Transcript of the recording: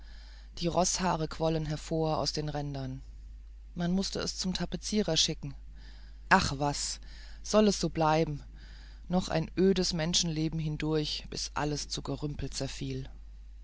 die roßhaare quollen hervor aus den rändern man mußte es zum tapezierer schicken ach was sollte es so bleiben noch ein ödes menschenleben hindurch bis alles zu gerümpel zerfiel